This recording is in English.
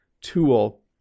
tool